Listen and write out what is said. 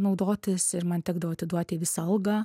naudotis ir man tekdavo atiduoti visą algą